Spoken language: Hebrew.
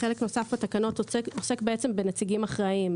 חלק נוסף בתקנות עוסק בנציגים אחראיים,